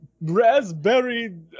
raspberry